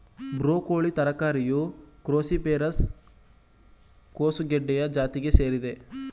broccoli ತರಕಾರಿಯು cruciferous ಕೋಸುಗಡ್ಡೆಯ ಜಾತಿಗೆ ಸೇರಿದೆ